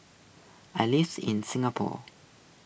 I lives in Singapore